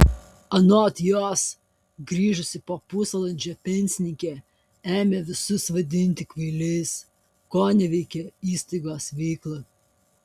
anot jos grįžusi po pusvalandžio pensininkė ėmė visus vadinti kvailiais koneveikė įstaigos veiklą